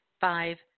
five